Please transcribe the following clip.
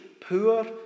poor